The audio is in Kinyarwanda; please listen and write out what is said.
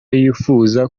yipfuza